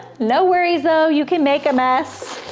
no worries, though. you can make a mess,